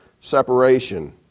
separation